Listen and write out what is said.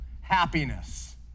happiness